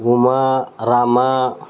Uma Rama